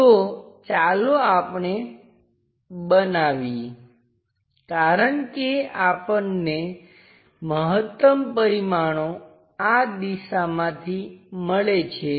તો ચાલો આપણે બનાવીએ કારણ કે આપણને મહત્તમ પરિમાણો આ દિશામાંથી મળે છે